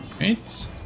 right